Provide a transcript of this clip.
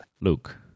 Luke